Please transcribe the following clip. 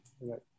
right